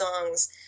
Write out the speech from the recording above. songs